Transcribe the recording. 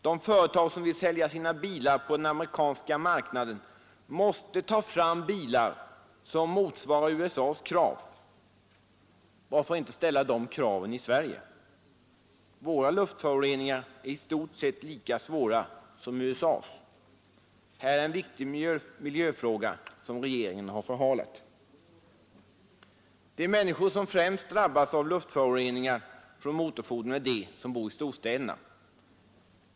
De företag som vill sälja sina bilar på den amerikanska marknaden måste ta fram bilar som motsvarar USA:s krav. Varför inte ställa de kraven i Sverige? Våra luftföroreningar är i stort sett lika svåra som USA:s. Här är en viktig miljöfråga som regeringen förhalat. De människor som främst drabbas av luftföroreningar från motorfordon är de som bor i storstäderna.